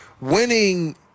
winning